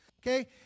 okay